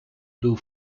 blue